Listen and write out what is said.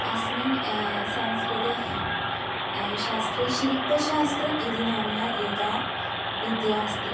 अस्मिन् संस्कृते शास्त्रे शिल्पशास्त्रम् इति नाम्ना एका विद्या अस्ति